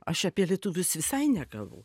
aš apie lietuvius visai nekalbu